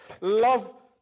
Love